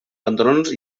pantalons